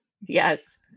Yes